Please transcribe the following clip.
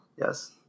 Yes